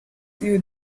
seal